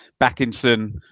Backinson